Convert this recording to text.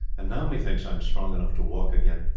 and now, methinks, i am strong enough to walk again.